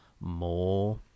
more